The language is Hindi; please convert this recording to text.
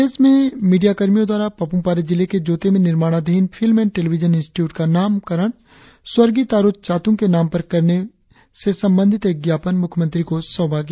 प्रदेश में मीडिया कर्मियों द्वारा पापुमपारे जिले के जोते में निर्माणाधीन फिल्म एण्ड टेलिविजन इंस्टीट्यूट का नामाकरण स्वर्गीय तारो चातुंग के नाम पर करने से संबंधित एक ज्ञापन मुख्यमंत्री को सौंपा गया